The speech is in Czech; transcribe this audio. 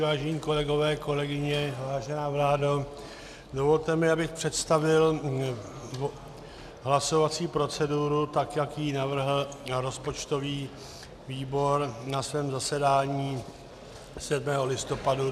Vážení kolegové, kolegyně, vážená vládo, dovolte mi, abych představil hlasovací proceduru, tak jak ji navrhl rozpočtový výbor na svém zasedání 7. listopadu 2018.